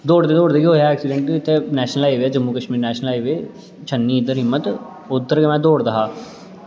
दौड़दे दौड़दे गै होआ हा ऐक्सिडैंट इत्थें national highway Jammu Kashmir national highway Chhanni Himmat उद्धर में दौड़दा हा